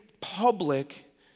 public